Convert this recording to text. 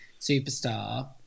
superstar